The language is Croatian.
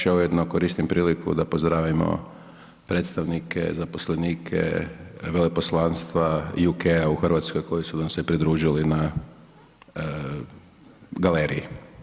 Evo jedino koristim priliku da pozdravimo predstavnike, zaposlenike veleposlanstva UK u Hrvatskoj koji su nam se pridružili na galeriji.